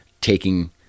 taking